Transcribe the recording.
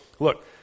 Look